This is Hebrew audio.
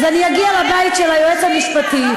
אז אני אגיע לבית של היועץ המשפטי,